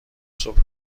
صبح